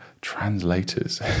translators